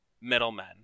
middlemen